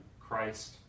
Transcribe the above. Christ